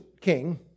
king